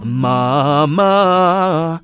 mama